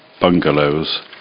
bungalows